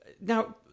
Now